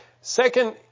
Second